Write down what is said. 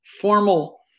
formal